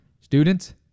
students